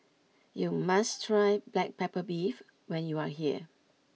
you must try Black Pepper Beef when you are here